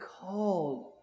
called